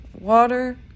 water